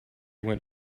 went